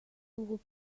will